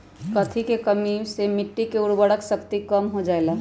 कथी के कमी से मिट्टी के उर्वरक शक्ति कम हो जावेलाई?